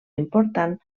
important